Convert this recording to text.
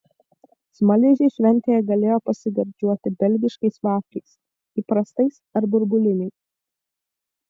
smaližiai šventėje galėjo pasigardžiuoti belgiškais vafliais įprastais ar burbuliniais